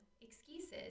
excuses